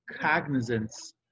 cognizance